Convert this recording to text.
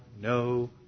no